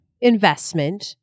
investment